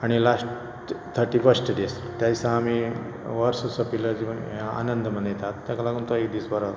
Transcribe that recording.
आनी last thirty first दीस त्या दिसा आमी वर्स सोंपिल्लें जिवन हे आनंद मनयतात ताका लागून तोवूय दीस बरो